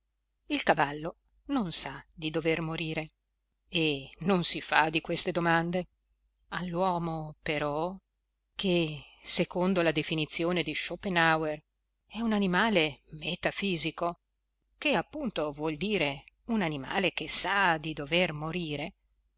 il cavallo non sa di dover morire e non si fa di queste domande all'uomo però che secondo la definizione di schopenhauer è un animale metafisico che appunto vuol dire un